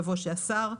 יבוא: שהשר.